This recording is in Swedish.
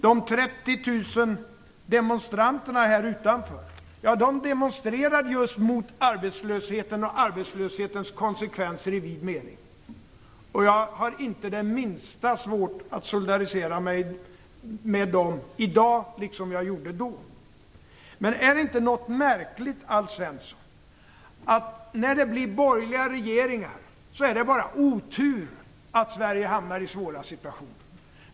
De 30 000 demonstranterna utanför Riksdagshuset demonstrerade just mot arbetslösheten och dess konsekvenser i vid mening. Jag har inte det minsta svårt att solidarisera mig med dem i dag liksom jag gjorde då. Är det inte något märkligt, Alf Svensson, att när det blir borgerliga regeringar är det bara otur att Sverige hamnar i svåra situationer.